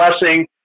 blessing